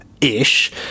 ish